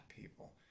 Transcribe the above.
people